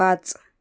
पाच